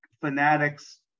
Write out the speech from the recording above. Fanatics